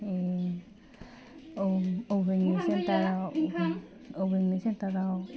ओं ओम अवगायनि सेन्टाराव अवगायनि सेन्टाराव